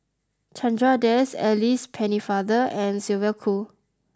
Chandra Das Alice Pennefather and Sylvia Kho